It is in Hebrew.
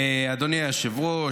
אדוני היושב-ראש,